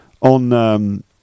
on